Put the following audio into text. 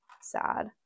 sad